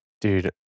dude